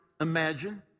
Imagine